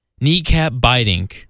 kneecap-biting